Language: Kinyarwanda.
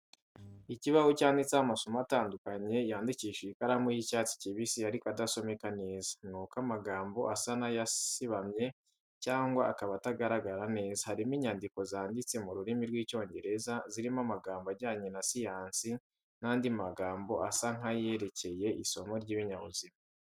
Ikibaho cyanditseho amasomo atandukanye yandikishije ikaramu y'icyatsi kibisi ariko adasomeka neza. Nubwo amagambo asa n'ayasibamye cyangwa akaba atagaragara neza, harimo inyandiko zanditse mu rurimi rw’Icyongereza, zirimo amagambo ajyanye na siyansi n’andi magambo asa nk’ayerekeye isomo ry’ibinyabuzima.